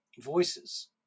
voices